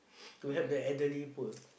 to help the elderly poor